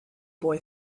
boy